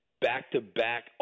back-to-back